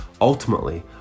ultimately